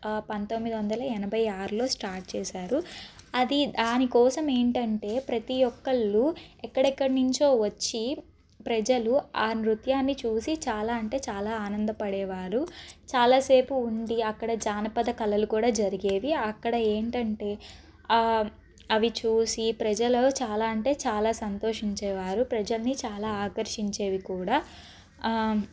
పందొమ్మిది వందల ఎనభై ఆరులో స్టార్ట్ చేశారు అది దాని కోసం ఏంటంటే ప్రతి ఒకరు ఎక్కడెక్కడనుంచో వచ్చి ప్రజలు ఆ నృత్యాన్ని చూసి చాలా అంటే చాలా ఆనందపడేవారు చాలాసేపు ఉంది అక్కడ జానపద కళలు కూడా జరిగేవి అక్కడ ఏంటంటే అవి చూసి ప్రజలు చాలా అంటే చాలా సంతోషించేవారు ప్రజల్ని చాలా ఆకర్షించేవి కూడా